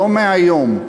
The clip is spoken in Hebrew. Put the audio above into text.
לא מהיום,